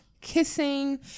kissing